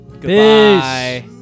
Goodbye